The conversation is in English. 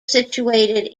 situated